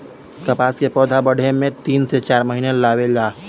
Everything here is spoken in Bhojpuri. कपास के पौधा बढ़े में तीन से चार महीना लेवे ला